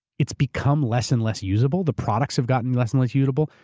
it's become less and less usable. the products have gotten less and less usable.